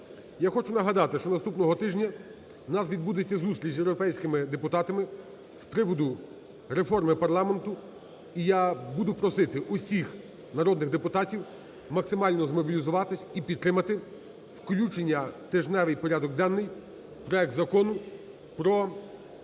Я хочу нагадати, що наступного тижня у нас відбудеться зустріч з європейськими депутатами з приводу реформи парламенту. І я буду просити усіх народних депутатів максимально змобілізуватися і підтримати включення у тижневий порядок денний проект Закону про реформу